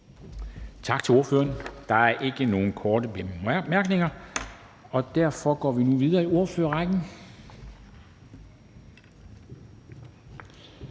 Tak til ordføreren. Der er ikke nogen korte bemærkninger, og derfor går vi nu videre i ordførerrækken.